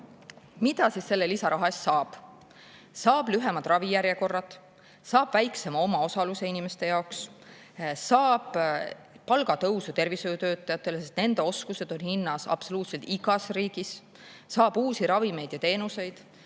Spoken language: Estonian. Mida siis selle lisaraha eest saab? Saab lühemad ravijärjekorrad, saab väiksema omaosaluse inimeste jaoks, saab palgatõusu tervishoiutöötajatele, sest nende oskused on hinnas absoluutselt igas riigis, saab uusi ravimeid ja teenuseid.